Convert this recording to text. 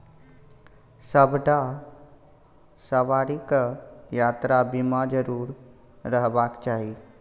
सभटा सवारीकेँ यात्रा बीमा जरुर रहबाक चाही